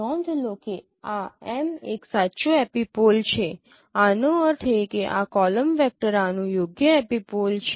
નોંધો લો કે આ M એક સાચો એપિપોલ છે આનો અર્થ એ કે આ કોલમ વેક્ટર આનું યોગ્ય એપિપોલ છે